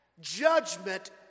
judgment